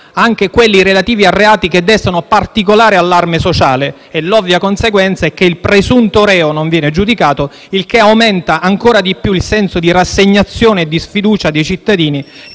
anche quelli relativi a reati che destano particolare allarme sociale. L'ovvia conseguenza è che il presunto reo non viene giudicato, il che aumenta ancora di più il senso di rassegnazione e di sfiducia dei cittadini